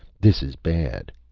this is bad!